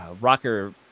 rocker